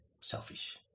selfish